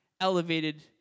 elevated